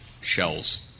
shells